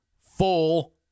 full